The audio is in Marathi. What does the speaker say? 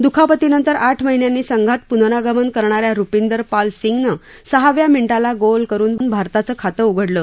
दुखापतीनंतर आठ महिन्यांनी संघात पुनरागमन करणाऱ्या रुपिंदर पाल सिंगनं सहाव्या मिनिटाला गोल करून भारताचं खातं उघडलं